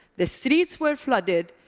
the streets were flooded,